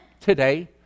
today